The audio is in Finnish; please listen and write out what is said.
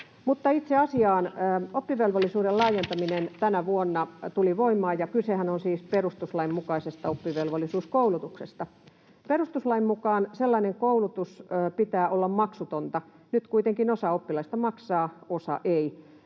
itse asiaan. Oppivelvollisuuden laajentaminen tuli tänä vuonna voimaan, ja kysehän on siis perustuslain mukaisesta oppivelvollisuuskoulutuksesta. Perustuslain mukaan sellaisen koulutuksen pitää olla maksutonta. Nyt kuitenkin osa oppilaista maksaa, osa ei.